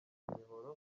imihoro